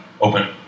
open